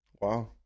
Wow